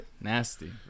Nasty